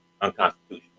unconstitutional